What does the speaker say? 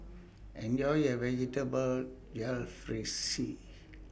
Enjoy your Vegetable Jalfrezi